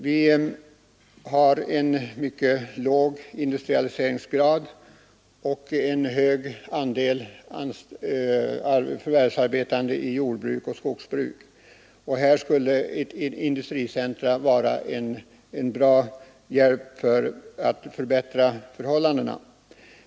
Vi har en mycket låg industrialiseringsgrad och en hög andel förvärvsarbetande i jordbruk och skogsbruk. Här skulle ett industricentrum vara en bra hjälp för att förbättra förhållandena.